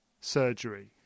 surgery